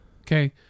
Okay